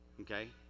Okay